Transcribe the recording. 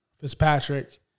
Fitzpatrick